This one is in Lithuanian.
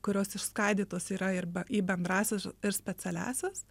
kurios išskaidytos yra ir be į bendrąsias ir specialiąsias